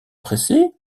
pressé